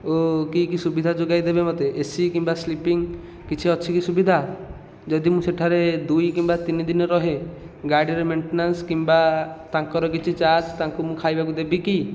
ଓ କି କି ସୁବିଧା ଯୋଗାଇ ଦେବେ ମୋତେ ଏସି କିମ୍ବା ସ୍ଲିପିଂ କିଛି ଅଛି କି ସୁବିଧା ଯଦି ମୁଁ ସେଠାରେ ଦୁଇ କିମ୍ବା ତିନି ଦିନ ରହେ ଗାଡ଼ିର ମେଣ୍ଟନାନ୍ସ କିମ୍ବା ତାଙ୍କର କିଛି ଚାର୍ଜ ତାଙ୍କୁ ମୁଁ ଖାଇବାକୁ ଦେବି କି